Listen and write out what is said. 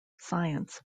science